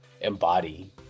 embody